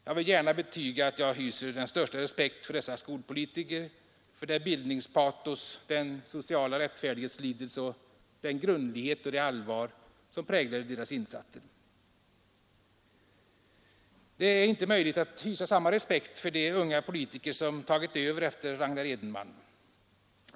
Jag vill gärna betyga att jag hyser den största respekt för dessa skolpolitiker, för det bildningspatos, den sociala rättfärdighetslidelse, den grundlighet och det allvar som präglade deras insatser. Det är inte möjligt att hysa samma respekt för de unga politiker som tagit över efter Ragnar Edenman.